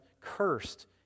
Cursed